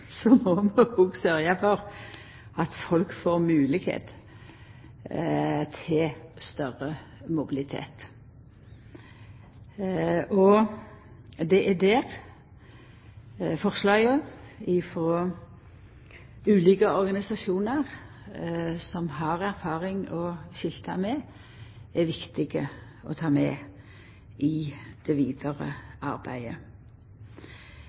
så må vi òg sørgja for at folk får moglegheit til større mobilitet. Det er der forslaga frå ulike organisasjonar som har erfaring å skilta med, er viktige å ta med i det vidare arbeidet.